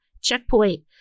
checkpoint